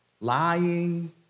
lying